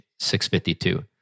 652